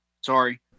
sorry